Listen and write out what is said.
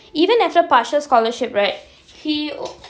even after partial scholarship right he